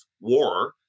war